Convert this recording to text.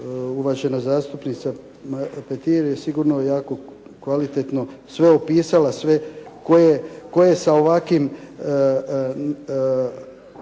uvažena zastupnica Petir je sigurno jako kvalitetno sve opisala koje sa ovakim